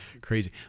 crazy